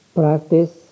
practice